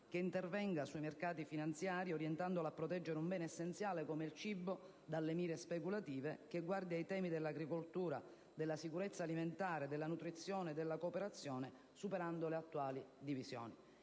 che intervenga sui mercati finanziari orientandoli a proteggere un bene essenziale come il cibo dalle mire speculative; che guardi ai temi dell'agricoltura, della sicurezza alimentare, della nutrizione e della cooperazione, superando le attuali divisioni;